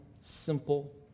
simple